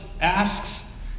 asks